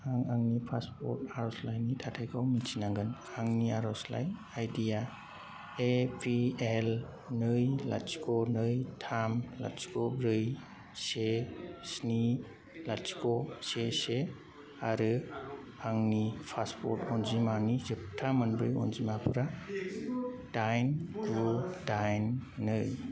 आं आंनि पासपर्ट आर'जलाइनि थाथाइखौ मिथिनांगोन आंनि आर'जलाइ आइडि आ ए पि एल नै लाथिख' नै थाम लाथिख' ब्रै से स्नि लाथिख' से से आरो आंनि पासपर्ट अनजिमानि जोबथा मोनब्रै अनजिमाफोरा दाइन गु दाइन नै